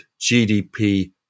GDP